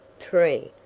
three.